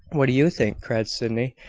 what do you think? cried sydney,